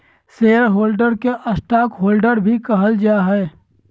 share holder के stockholder भी कहल जा हइ